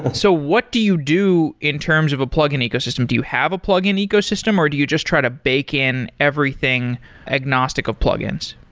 so what do you do in terms of a plug-in ecosystem? do you have a plug-in ecosystem, or do you just try to bake in everything agnostic of plugins?